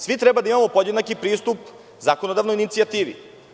Svi treba da imamo podjednaki pristup zakonodavnoj inicijativi.